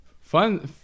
fun